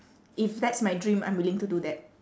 if that's my dream I'm willing to do that